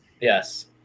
Yes